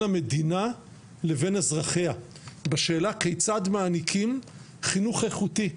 המדינה לבין אזרחיה בשאלה כיצד מעניקים חינוך איכותי,